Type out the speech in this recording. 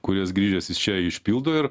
kurias grįžęs jis čia išpildo ir